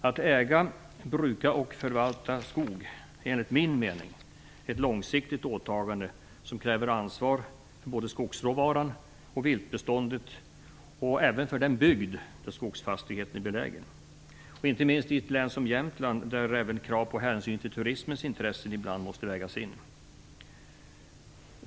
Att äga, bruka och förvalta skog är enligt min mening ett långsiktigt åtagande som kräver ansvar för både skogsråvaran och viltbeståndet och även för den bygd där skogsfastigheten är belägen, inte minst i ett län som Jämtland där även krav på hänsyn till turismens intressen ibland måste vägas.